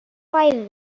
why